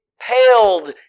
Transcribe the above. paled